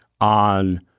on